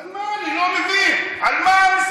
על מה?